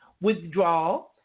Withdrawal